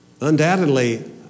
Undoubtedly